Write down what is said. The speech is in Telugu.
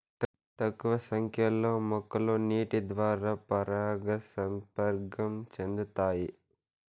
తక్కువ సంఖ్య లో మొక్కలు నీటి ద్వారా పరాగ సంపర్కం చెందుతాయి